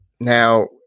Now